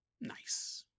nice